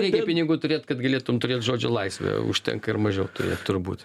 reikia pinigų turėt kad galėtum turėt žodžio laisvę užtenka ir mažiau turėt turbūt